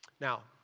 Now